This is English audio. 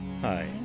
Hi